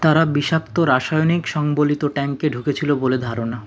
তারা বিষাক্ত রাসায়নিক সংবলিত ট্যাঙ্কে ঢুকেছিল বলে ধারণা